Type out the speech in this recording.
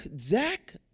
Zach